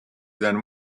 than